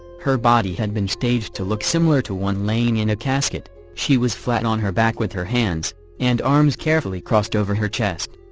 her body had been staged to look similar to one laying in a casket she was flat on her back with her hands and arms carefully crossed over her chest.